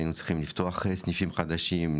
היינו צריכים לפתוח סניפים חדשים,